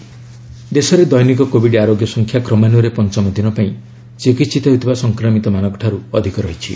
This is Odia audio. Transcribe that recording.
କୋବିଡ ଷ୍ଟାଟସ୍ ଦେଶରେ ଦଦିନିକ କୋବିଡ ଆରୋଗ୍ୟ ସଂଖ୍ୟା କ୍ମାନ୍ୟରେ ପଞ୍ଚମଦିନ ପାଇଁ ଚିକିିିିତ ହେଉଥିବା ସଂକ୍ରମିତମାନଙ୍କଠାରୁ ଅଧିକ ରହିଛି